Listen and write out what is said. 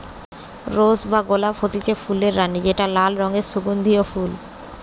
rose বা গোলাপ হতিছে ফুলের রানী যেটা লাল রঙের সুগন্ধিও ফুল